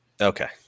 Okay